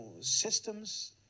systems